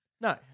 No